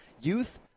youth